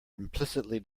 implicitly